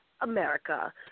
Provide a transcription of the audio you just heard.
America